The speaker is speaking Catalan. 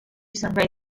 servei